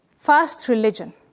first, religion.